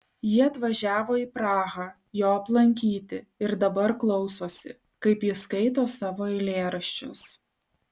ji atvažiavo į prahą jo aplankyti ir dabar klausosi kaip jis skaito savo eilėraščius